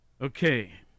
Okay